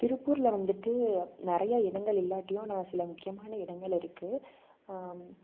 திருப்பூரில் வந்துட்டு நிறையா இடங்கள் இல்லாட்டியும் நான் சில முக்கியமான இடங்கள் இருக்குது